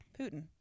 Putin